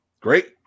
great